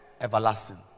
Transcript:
everlasting